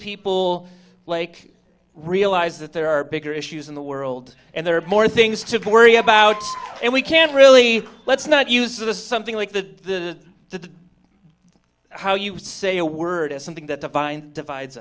people like realize that there are bigger issues in the world and there are more things to worry about and we can't really let's not use the something like the the how you would say a word as something that defined divides